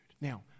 Now